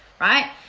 right